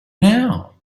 now